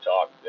talk